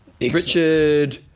Richard